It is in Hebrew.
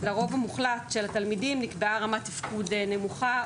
לרוב המוחלט של התלמידים נקבעה רמת תפקוד נמוכה,